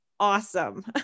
awesome